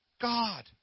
God